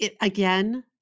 again